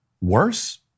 Worse